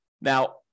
Now